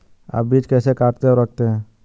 आप बीज कैसे काटते और रखते हैं?